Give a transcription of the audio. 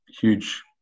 huge